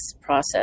process